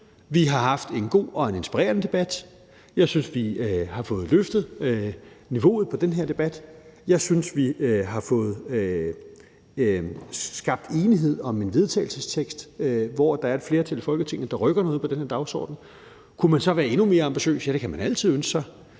vi har haft en god og inspirerende debat. Jeg synes, vi har fået løftet niveauet i den her debat. Jeg synes, vi har fået skabt enighed om en vedtagelsestekst, hvor der er et flertal i Folketinget, der rykker noget på den her dagsorden. Kunne man så være endnu mere ambitiøs? Ja, det kan man altid ønske sig.